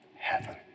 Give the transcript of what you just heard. Heaven